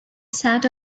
sat